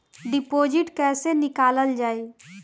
Deposit कैसे निकालल जाइ?